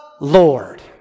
Lord